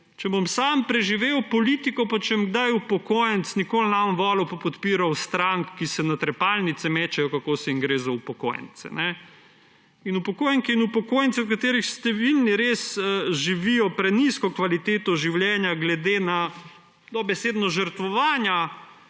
Če bom sam preživel politiko pa če bom kdaj upokojenec, nikoli ne bom volil in podpiral strank, ki se na trepalnice mečejo, kako jim gre za upokojence. Upokojenke in upokojenci, o katerih ste vi govorili, res živijo prenizko kvaliteto življenja. Glede na dobesedno žrtvovanje